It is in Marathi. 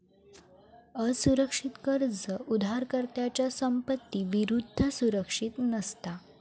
असुरक्षित कर्ज उधारकर्त्याच्या संपत्ती विरुद्ध सुरक्षित नसता